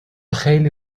خیلی